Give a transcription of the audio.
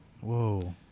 Whoa